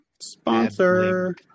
Sponsor